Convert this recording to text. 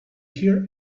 here